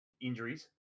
injuries